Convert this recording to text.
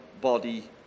body